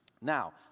Now